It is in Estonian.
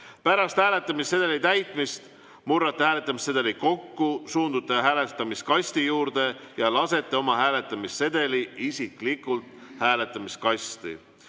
Pärast hääletamissedeli täitmist murrate hääletamissedeli kokku, suundute hääletamiskasti juurde ja lasete oma hääletamissedeli isiklikult hääletamiskasti.